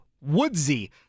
Woodsy